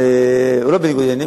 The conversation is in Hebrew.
הוא לא בניגוד עניינים,